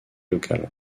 local